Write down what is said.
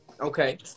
Okay